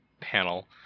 panel